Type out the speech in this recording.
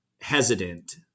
hesitant